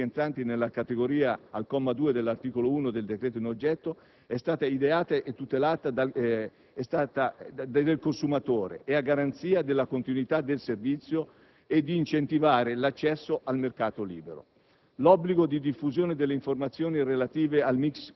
per le grandi imprese (clienti finali non domestici non rientranti nella categoria al comma 2 dell'articolo 1 del decreto in oggetto) è stata ideata a tutela del consumatore e a garanzia della continuità del servizio e di incentivazione all'accesso al mercato libero.